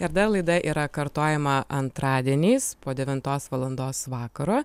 ir dar laida yra kartojama antradieniais po devintos valandos vakaro